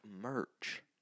merch